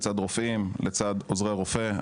לצד רופאים, לצד עוזרי רופא.